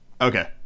Okay